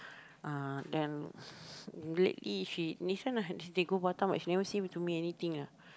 uh then this one they go Batam but she never say to me anything ah